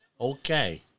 Okay